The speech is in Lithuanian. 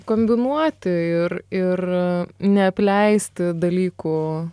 kombinuoti ir ir neapleisti dalykų